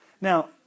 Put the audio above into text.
Now